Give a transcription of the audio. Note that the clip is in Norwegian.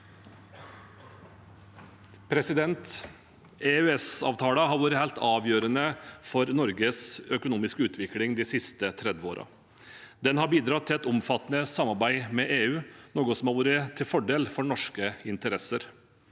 EØS-avtalen har vært helt avgjørende for Norges økonomiske utvikling de siste 30 årene. Den har bidratt til et omfattende samarbeid med EU, noe som har vært til fordel for norske interesser.